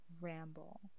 ramble